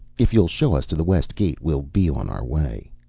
if you'll show us to the west gate, we'll be on our way.